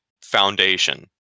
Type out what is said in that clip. foundation